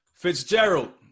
Fitzgerald